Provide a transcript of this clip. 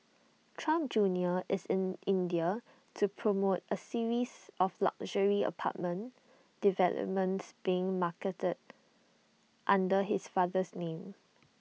Trump junior is in India to promote A series of luxury apartment developments being marketed under his father's name